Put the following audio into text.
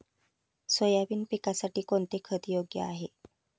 Soybean पिकासाठी कोणते खत योग्य आहे?